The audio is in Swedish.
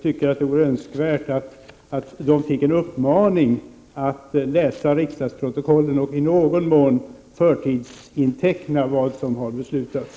Det vore önskvärt att de fick en uppmaning att läsa riksdagsprotokollen och i någon mån i förtid inteckna vad som har beslutats.